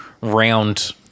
round